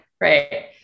Right